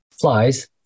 flies